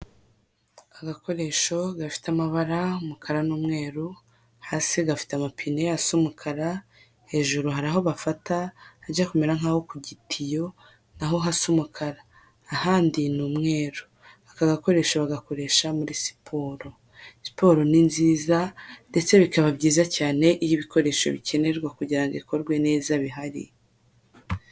Agakoresho gafite amabara umukara n'umweru, hasi gafite amapine asa umukara, hejuru hari aho bafata ajya kumera nk'o ku gipiyo naho hasa umukara. Ahandi ni umweru. Aka bagakoresho bagakoresha muri siporo. Siporo ni nziza ndetse bikaba byiza cyane iyo ibikoresho bikenerwa kugirango ikorwe neza bihari.